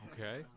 Okay